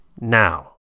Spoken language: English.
now